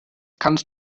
kannst